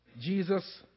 Jesus